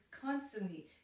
constantly